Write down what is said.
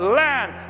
land